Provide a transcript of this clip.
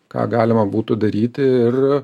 ką galima būtų daryti ir